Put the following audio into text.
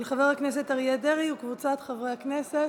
של חבר הכנסת אריה דרעי וקבוצת חברי הכנסת.